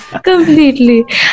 completely